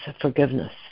forgiveness